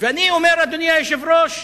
ואני אומר, אדוני היושב-ראש,